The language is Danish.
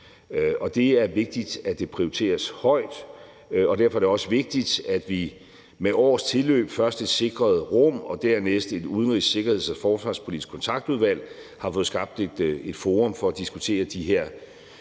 og det er vigtigt, at det prioriteres højt. Derfor er det også vigtigt, at vi med års tilløb først har sikret et rum og dernæst med et Udenrigs-, Sikkerheds- og Forsvarspolitisk Kontaktudvalg har fået skabt et forum for at diskutere de her